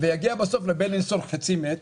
ויגיע בסוף לבלינסון חצי מת,